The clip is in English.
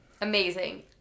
Amazing